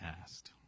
asked